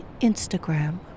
Instagram